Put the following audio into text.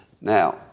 Now